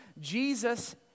Jesus